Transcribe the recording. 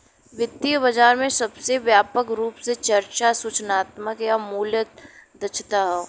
वित्तीय बाजार में सबसे व्यापक रूप से चर्चा सूचनात्मक या मूल्य दक्षता हौ